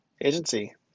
agency